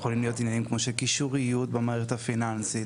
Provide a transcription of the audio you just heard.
יכולים להיות עניינים כמו קישוריות במערכת הפיננסית,